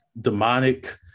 demonic